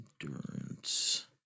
Endurance